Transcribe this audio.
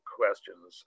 questions